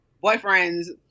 boyfriend's